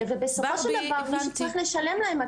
ובסופו של דבר מי שצריך לשלם להם,